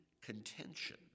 contention